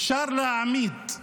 אפשר להעמיד,